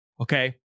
Okay